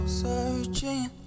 searching